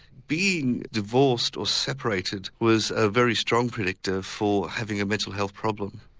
being divorced or separated was a very strong predictor for having a mental health problem.